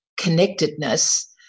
connectedness